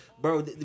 bro